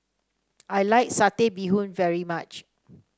I like Satay Bee Hoon very much